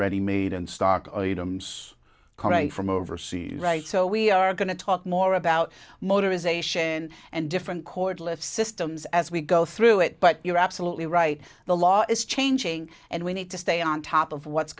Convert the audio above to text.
ready made and stock items carre from overseas right so we are going to talk more about modernization and different chord live systems as we go through it but you're absolutely right the law is changing and we need to stay on top of what's